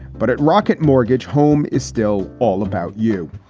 but at rocket mortgage, home is still all about you.